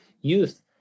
youth